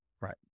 right